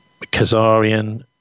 Kazarian